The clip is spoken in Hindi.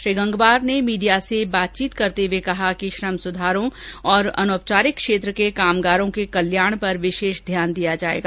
श्री गंगवार ने मीडिया से बातचीत करते हुए कहा कि श्रम सुधारों तथा अनौपचारिक क्षेत्र के कामगारों के कल्याण पर विशेष ध्यान दिया जाएगा